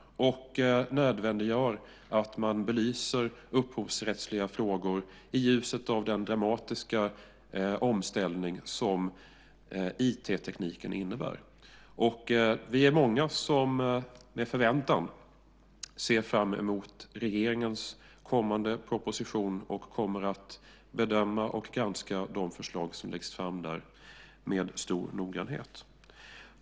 Den nödvändiggör att man belyser upphovsrättsliga frågor i ljuset av den dramatiska omställning som informationstekniken innebär. Vi är många som med förväntan ser fram emot regeringens kommande proposition och kommer att bedöma och granska de förslag som läggs fram där med stor noggrannhet.